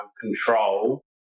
control